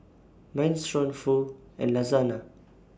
Minestrone Pho and Lasagna